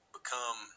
become